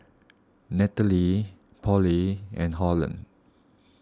Nataly Pollie and Holland